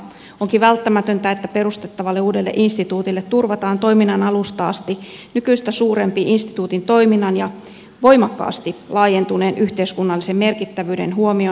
onkin välttämätöntä että perustettavalle uudelle instituutille turvataan toiminnan alusta asti nykyistä suurempi instituutin toiminnan ja voimakkaasti laajentuneen yhteiskunnallisen merkittävyyden huomioon ottava rahoitus